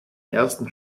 ersten